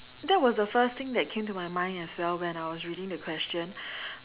that was the first thing that came to my mind as well when I was reading the question